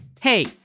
Hey